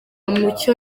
mucyo